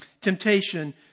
temptation